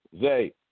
Zay